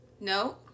no